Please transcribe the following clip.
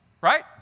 right